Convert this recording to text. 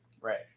Right